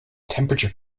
temperature